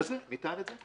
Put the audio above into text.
מי טען את זה?